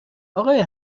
آقای